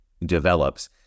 develops